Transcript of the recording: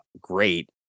great